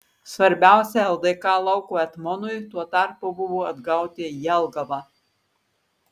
svarbiausia ldk lauko etmonui tuo tarpu buvo atgauti jelgavą